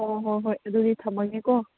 ꯑꯣ ꯍꯣꯏ ꯍꯣꯏ ꯑꯗꯨꯗꯤ ꯊꯝꯂꯒꯦꯀꯣ